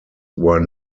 were